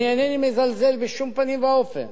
אני אינני מזלזל בשום פנים ואופן